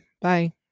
Bye